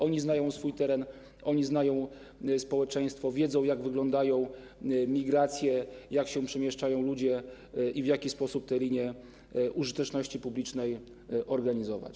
Oni znają swój teren, znają społeczność, wiedzą, jak wyglądają migracje, jak się przemieszczają ludzie i w jaki sposób te linie użyteczności publicznej organizować.